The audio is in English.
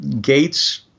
Gates